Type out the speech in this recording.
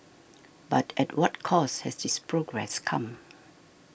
but at what cost has this progress come